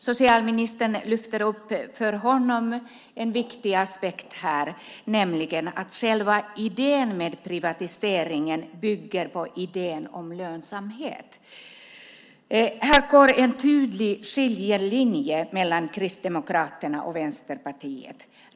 Socialministern lyfter upp en för honom viktig aspekt, nämligen att själva idén med privatiseringen bygger på idén om lönsamhet. Här går en tydlig skiljelinje mellan Kristdemokraterna och Vänsterpartiet.